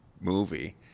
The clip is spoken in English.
movie